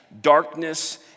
darkness